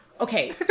okay